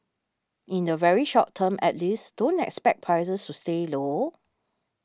in the very short term at least don't expect prices to stay low